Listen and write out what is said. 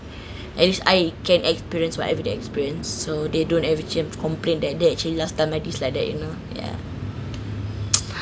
at least I can experience whatever they experience so they don't ever complain that they actually last time like this like that you know ya